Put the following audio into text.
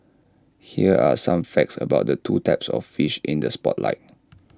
here are some facts about the two types of fish in the spotlight